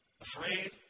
afraid